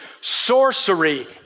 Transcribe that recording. sorcery